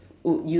would you